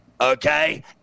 okay